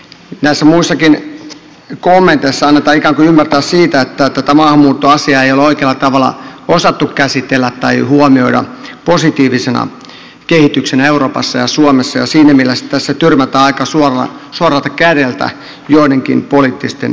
näissä muissakin kommenteissa annetaan ikään kuin ymmärtää että tätä maahanmuuttoasiaa ei ole oikealla tavalla osattu käsitellä tai huomioida positiivisena kehityksenä euroopassa ja suomessa ja siinä mielessä tässä tyrmätään aika suoralta kädeltä joidenkin poliittisten toimijoiden kannanotot